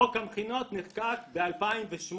חוק המכינות נחקק ב-2008,